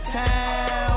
town